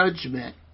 judgment